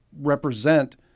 represent